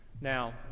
Now